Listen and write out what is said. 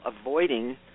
avoiding